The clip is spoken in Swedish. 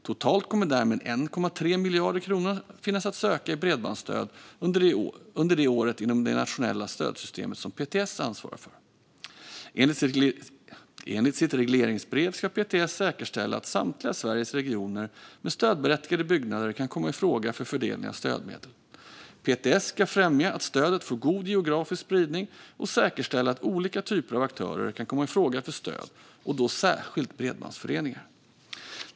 Totalt kommer därmed 1,3 miljarder kronor att finnas att söka i bredbandsstöd under detta år inom det nationella stödsystem som PTS ansvarar för. Enligt sitt regleringsbrev ska PTS säkerställa att samtliga Sveriges regioner med stödberättigade byggnader kan komma i fråga för fördelning av stödmedel. PTS ska främja att stödet får god geografisk spridning och säkerställa att olika typer av aktörer kan komma i fråga för stöd, och då särskilt bredbandsföreningar.